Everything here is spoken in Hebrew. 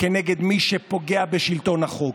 כנגד מי שפוגע בשלטון החוק,